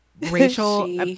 Rachel